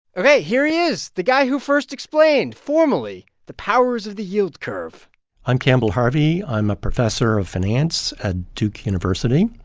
ok, here he is, the guy who first explained formally the powers of the yield curve i'm campbell harvey. i'm a professor of finance at duke university.